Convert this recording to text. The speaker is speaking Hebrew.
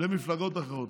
למפלגות אחרות.